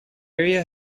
area